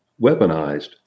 weaponized